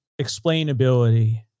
explainability